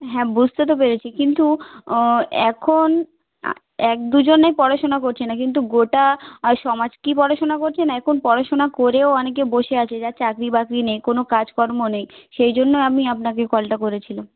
হ্যাঁ বুঝতে তো পেরেছি কিন্তু এখন এক দুজনে পড়াশুনো করছে না কিন্তু গোটা সমাজ কি পড়াশুনা করছে না এখন পড়াশুনা করেও অনেকে বসে আছে যার চাকরি বাকরি নেই কোনো কাজ কর্ম নেই সেই জন্য আমি আপনাকে কলটা করেছিলাম